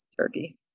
Turkey